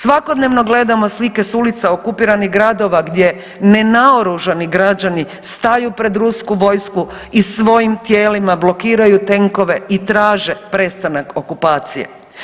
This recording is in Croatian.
Svakodnevno gledamo slike s ulica okupiranih gradova gdje nenaoružani građani staju pred rusku vojsku i svojim tijelima blokiraju tenkove i traže prestanak okupacije.